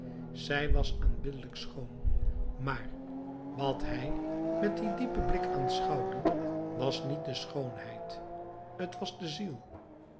zij was aanbiddelijk schoon maar wat hij met dien diepen blik aanschouwde was niet de schoonheid t was de ziel